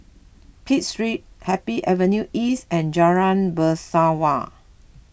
Pitt Street Happy Avenue East and Jalan Bangsawan